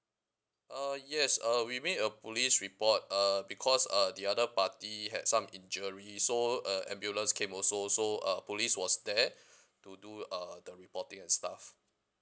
uh yes uh we make a police report uh because uh the other party had some injury so uh ambulance came also so uh police was there to do uh the reporting and stuff